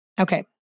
Okay